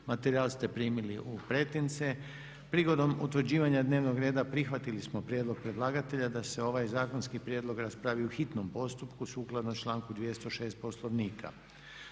Materijal ste primili u pretince. Prigodom utvrđivanja dnevnog reda prihvatili smo prijedlog predlagatelja da se ovaj zakonski prijedlog raspravi u hitnom postupku sukladno članku 206. Poslovnika.